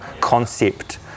concept